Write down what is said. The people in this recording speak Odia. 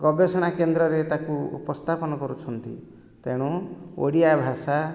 ଗବେଷଣା କେନ୍ଦ୍ରରେ ତାକୁ ଉପସ୍ଥାପନ କରୁଛନ୍ତି ତେଣୁ ଓଡ଼ିଆ ଭାଷା